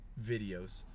videos